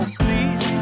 please